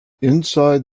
inside